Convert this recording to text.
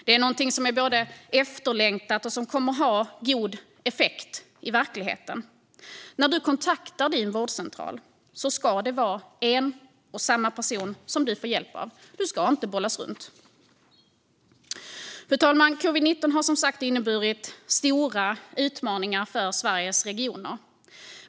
Det är efterlängtat och kommer att ha god effekt i verkligheten. När du kontaktar din vårdcentral ska det vara en och samma person som du får hjälp av. Du ska inte bollas runt. Fru talman! Covid-19 har som sagt inneburit stora utmaningar för Sveriges regioner.